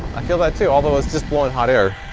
i feel that too, although it's just blowing hot air.